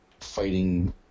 fighting